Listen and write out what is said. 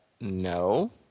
No